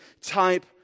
type